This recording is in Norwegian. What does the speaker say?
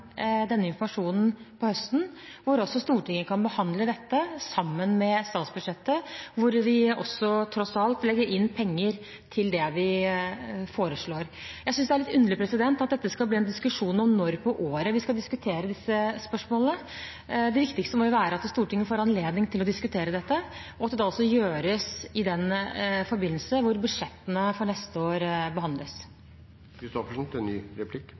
denne informasjonen på høsten, hvor også Stortinget kan behandle dette sammen med statsbudsjettet, hvor vi også tross alt legger inn penger til det vi foreslår. Jeg synes det er litt underlig at dette skal bli en diskusjon om når på året vi skal diskutere disse spørsmålene. Det viktigste må jo være at Stortinget får anledning til å diskutere dette, og at det da også gjøres i den forbindelse hvor budsjettene for neste år